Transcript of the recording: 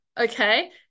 okay